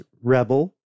Rebel